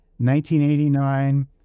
1989